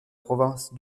province